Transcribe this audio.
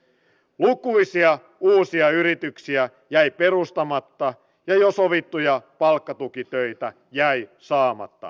lukuisia uusia yrityksiä jäi perustamatta ja jo sovittuja palkkatukitöitä jäi saamatta